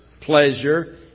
pleasure